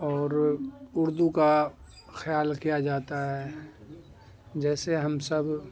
اور اردو کا خیال کیا جاتا ہے جیسے ہم سب